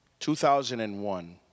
2001